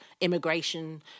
immigration